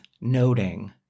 noting